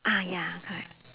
ah ya correct